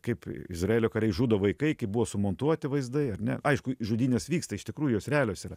kaip izraelio kariai žudo vaikai kaip buvo sumontuoti vaizdai ar ne aišku žudynės vyksta iš tikrųjų jos realios yra